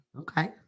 Okay